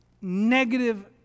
negative